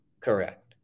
correct